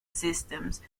systems